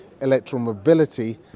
electromobility